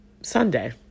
Sunday